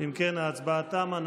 אם כן, ההצבעה תמה.